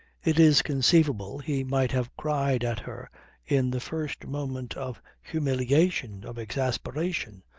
it is conceivable he might have cried at her in the first moment of humiliation, of exasperation,